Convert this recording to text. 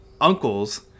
uncles